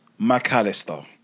McAllister